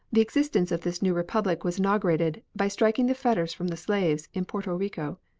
the existence of this new republic was inaugurated by striking the fetters from the slaves in porto rico.